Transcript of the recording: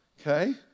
Okay